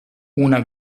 una